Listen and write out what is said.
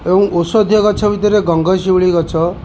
ଏବଂ ଔଷଧୀୟ ଗଛ ଭିତରେ ଗଙ୍ଗଶିଉଳି ଗଛ